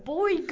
Boy